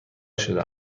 شده